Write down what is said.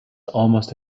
almost